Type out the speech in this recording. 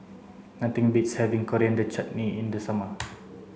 nothing beats having Coriander Chutney in the summer